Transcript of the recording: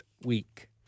week